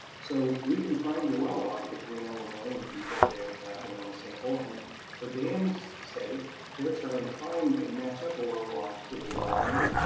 so we can find your well log if you're in illinois and you call dan's lab and wanna sample. and for dan's sake, they're trying to find and match up a well log to the well owner.